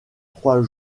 trois